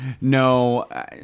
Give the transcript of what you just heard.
No